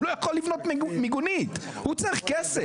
הוא לא יכול לבנות מיגונית כי הוא צריך כסף.